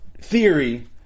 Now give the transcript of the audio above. theory